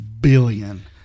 billion